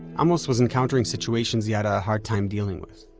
amos was encountering situations he had a hard time dealing with.